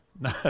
No